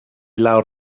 lawr